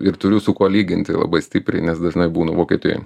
ir turiu su kuo lyginti labai stipriai nes dažnai būnu vokietijoj